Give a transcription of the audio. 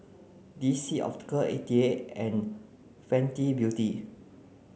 D C Optical eighty eight and Fenty Beauty